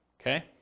Okay